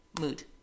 mood